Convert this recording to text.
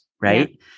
Right